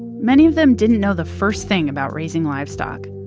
many of them didn't know the first thing about raising livestock.